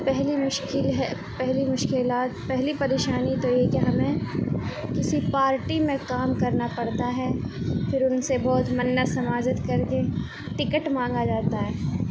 پہلی مشکل ہے پہلی مشکلات پہلی پریشانی تو یہ کہ ہمیں کسی پارٹی میں کام کرنا پڑتا ہے پھر ان سے بہت منت سماجت کر کے ٹکٹ مانگا جاتا ہے